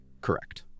correct